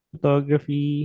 Photography